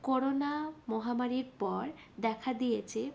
corona মহামারির পর দেখা দিয়েছে